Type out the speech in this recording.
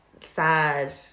sad